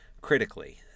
critically